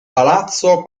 palazzo